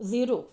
zero